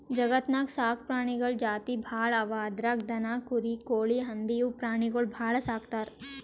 ಜಗತ್ತ್ನಾಗ್ ಸಾಕ್ ಪ್ರಾಣಿಗಳ್ ಜಾತಿ ಭಾಳ್ ಅವಾ ಅದ್ರಾಗ್ ದನ, ಕುರಿ, ಕೋಳಿ, ಹಂದಿ ಇವ್ ಪ್ರಾಣಿಗೊಳ್ ಭಾಳ್ ಸಾಕ್ತರ್